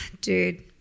dude